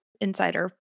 Insider